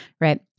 right